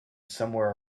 somewhere